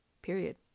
Period